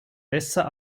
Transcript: besser